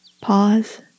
pause